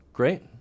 Great